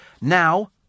Now